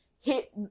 hit